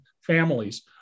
families